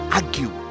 argue